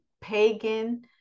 pagan